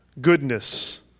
goodness